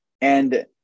and-